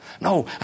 No